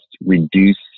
reduce